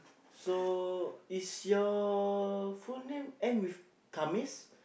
so is your phone name end with come is